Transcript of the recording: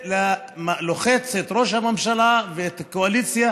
לוחצת את ראש הממשלה ואת הקואליציה